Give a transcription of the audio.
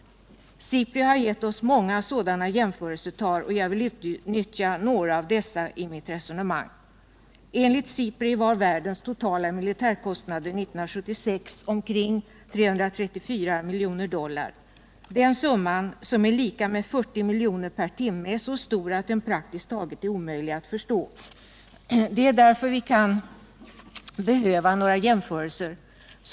Sipri har gett oss många sådana jämförelsetal, och jag vill utnyttja några av dessa i mitt resonemang. Enligt Sipri var världens totala militärkostnader 1976 omkring 334 miljarder dollar. Den summan, som är lika med 40 miljoner dollar per timme, är så stor att den praktiskt taget är omöjlig att förstå. Det är därför vi kan behöva några jämförelser.